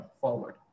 forward